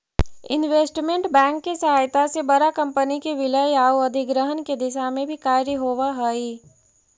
investment bank के सहायता से बड़ा कंपनी के विलय आउ अधिग्रहण के दिशा में भी कार्य होवऽ हइ